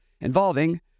involving